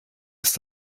ist